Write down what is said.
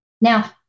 Now